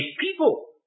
people